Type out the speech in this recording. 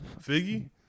Figgy